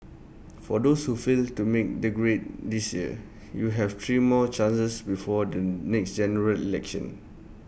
for those who failed to make the grade this year you have three more chances before the next General Election